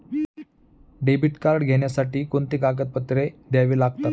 Debit card घेण्यासाठी कोणती कागदपत्रे द्यावी लागतात?